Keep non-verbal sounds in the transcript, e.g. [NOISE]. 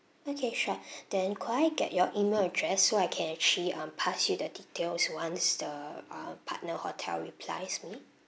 okay sure [BREATH] then could I get your email address so I can actually um pass you the details once the uh partner hotel replies me